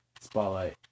spotlight